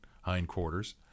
hindquarters